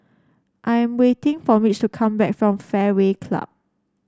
I am waiting for Mitch to come back from Fairway Club